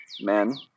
Men